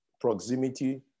proximity